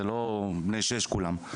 זה לא בני שש כולם.